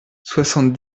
soixante